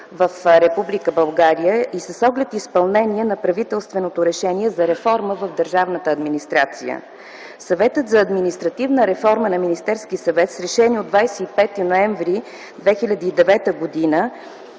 Съветът за административна реформа на Министерския съвет с решение от 25 ноември 2009 г.